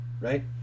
right